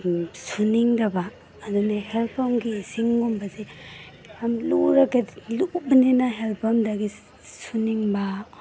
ꯁꯨꯅꯤꯡꯗꯕ ꯑꯗꯨꯅ ꯍꯦꯜ ꯄꯝꯒꯤ ꯏꯁꯤꯡꯒꯨꯝꯕꯁꯦ ꯌꯥꯝ ꯂꯨꯕꯅꯤꯅ ꯍꯦꯜ ꯄꯝꯗꯒꯤ ꯁꯨꯅꯤꯡꯕ